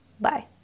Bye